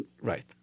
Right